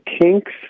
Kinks